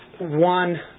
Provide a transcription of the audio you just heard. one